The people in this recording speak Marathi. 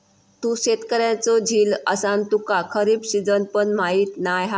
तू शेतकऱ्याचो झील असान तुका खरीप सिजन पण माहीत नाय हा